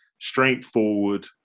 straightforward